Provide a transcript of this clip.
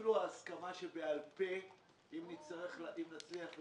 אפילו הסכמה שבעל-פה אם נצליח להעביר,